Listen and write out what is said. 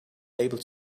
able